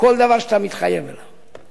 כל דבר שאתה מתחייב עליו.